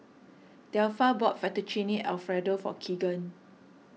Delpha bought Fettuccine Alfredo for Kegan